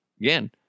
Again